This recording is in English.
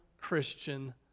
Christian